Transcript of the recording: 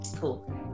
Cool